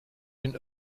den